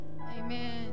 Amen